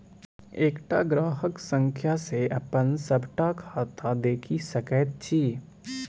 एकटा ग्राहक संख्या सँ अपन सभटा खाता देखि सकैत छी